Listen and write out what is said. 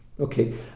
okay